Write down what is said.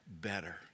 better